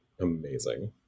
amazing